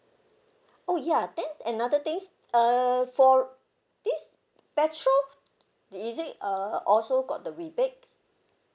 oh ya that's another things err for this petrol is it err also got the rebate